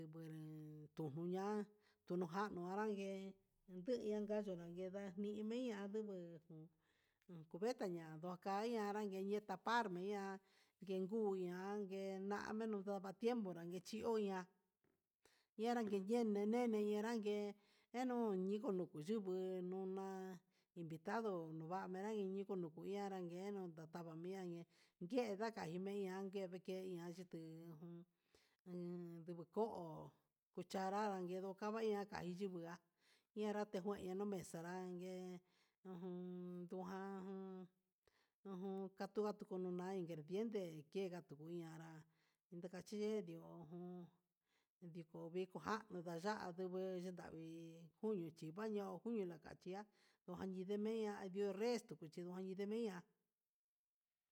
Un tujuña ujan anrangue ndunka nduu nikaniñi, ndiña nujan ikuveña un ndakai ndavan ne'e tapar mia'a, yenguu nga ñangue na'a nunanka timepo xhichí oña'a ñi'i inrague ninuu nduku yuu nenoná invitado nonva'a menran ninduku ndarangueno nadamia iha kenda ndimian ke'e ndebe ke ian yuku jun ndinguu ko'o kuchanra ndakeno iya kayuku iha iña tengueno numen xanrán he ujun ujanuu ujun katuga tununa ingrediente taku ñiñanrá ndidachindio ujun viko viko kanuu ndayato nduju yavii junio chikandio o junio lakachia ndojani yena no'o resto kuchindoña idemia.